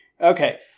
Okay